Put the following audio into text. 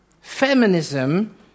Feminism